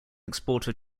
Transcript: exporter